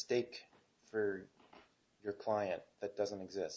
stake for your client that doesn't exist